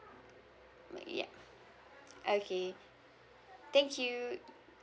ya okay thank you